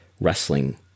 wrestling